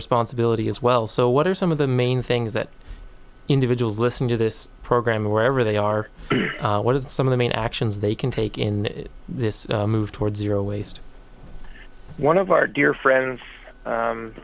responsibility as well so what are some of the main things that individuals listen to this program wherever they are what are some of the main actions they can take in this move towards zero waste one of our dear friends